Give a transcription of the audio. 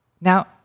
Now